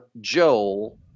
Joel